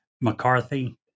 McCarthy